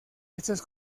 estos